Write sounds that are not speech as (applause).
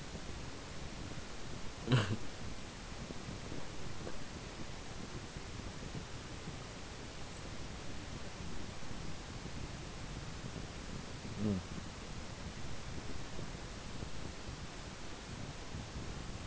(laughs) mm